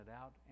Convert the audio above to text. out